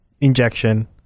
injection